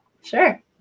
Sure